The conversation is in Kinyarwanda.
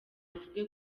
avuge